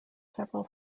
several